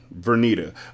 Vernita